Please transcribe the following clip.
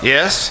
Yes